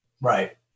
Right